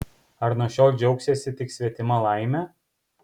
ar nuo šiol džiaugsiesi tik svetima laime